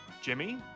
Jimmy